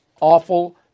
awful